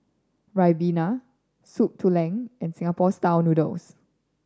Ribena Soup Tulang and Singapore Style Noodles